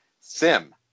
Sim